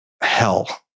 hell